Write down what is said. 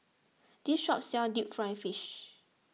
this shop sells Deep Fried Fish